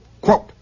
Quote